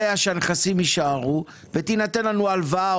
היה צורך לתקן את חוק הדואר.